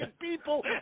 people